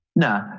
No